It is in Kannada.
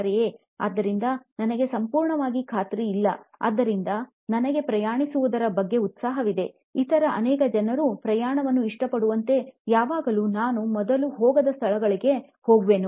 ಆದ್ದರಿಂದ ನನಗೆ ಸಂಪೂರ್ಣವಾಗಿ ಖಾತ್ರಿಯಿಲ್ಲ ಆದ್ದರಿಂದ ನನಗೆ ಪ್ರಯಾಣಿಸುವುದರ ಬಗ್ಗೆ ಉತ್ಸಾಹವಿದೆ ಇತರ ಅನೇಕ ಜನರು ಪ್ರಯಾಣವನ್ನು ಇಷ್ಟ ಪಡುವಂತೆ ಯಾವಾಗಲೂ ನಾನು ಮೊದಲು ಹೋಗದ ಸ್ಥಳಗಳಿಗೆ ಹೋಗುವೆನು